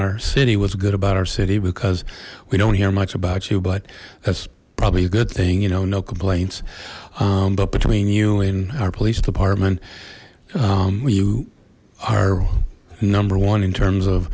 our city what's good about our city because we don't hear much about you but that's probably a good thing you know no complaints but between you and our police department you are number one in terms of